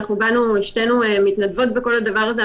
שתינו מתנדבות בדבר הזה,